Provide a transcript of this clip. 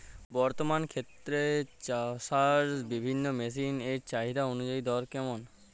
বর্তমানে ক্ষেত চষার বিভিন্ন মেশিন এর চাহিদা অনুযায়ী দর কেমন?